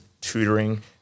tutoring